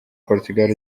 portugal